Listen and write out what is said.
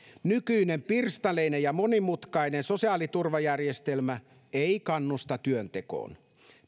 nykyinen pirstaleinen ja monimutkainen sosiaaliturvajärjestelmä ei kannusta työntekoon